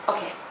Okay